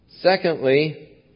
Secondly